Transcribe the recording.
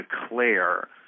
declare